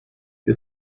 que